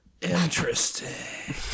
Interesting